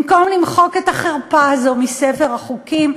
במקום למחוק את החרפה הזו מספר החוקים,